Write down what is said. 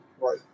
right